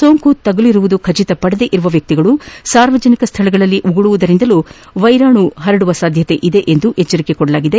ಸೋಂಕು ತಗುಲಿರುವುದು ಖಚಿತಪಡದೇ ಇರುವ ವ್ಯಕ್ತಿಗಳು ಸಾರ್ವಜನಿಕ ಸ್ಥಳಗಳಲ್ಲಿ ಉಗುಳುವುದರಿಂದಲೂ ವೈರಾಣು ಹರಡುವ ಸಾಧ್ಯತೆ ಇದೆ ಎಂದು ಎಚ್ಚರಿಕೆ ನೀಡಲಾಗಿದೆ